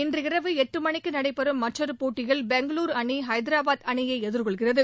இன்றீரவு எட்டு மணிக்கு நடைபெறும் மற்றொரு போட்டியில் பெங்களுரு அணி ஹைதராபாத் அணியை எதிர்கொள்கிறது